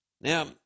Now